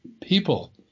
people